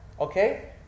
Okay